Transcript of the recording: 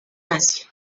asia